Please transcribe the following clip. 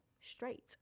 Straight